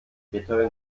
bittere